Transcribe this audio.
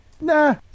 Nah